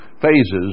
phases